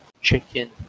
chicken